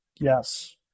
Yes